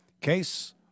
case